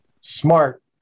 Smart